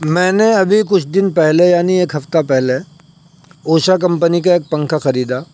میں نے ابھی کچھ دن پہلے یعنی ایک ہفتہ پہلے اوشا کمپنی کا ایک پنکھا خریدا